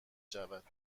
شود